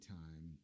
time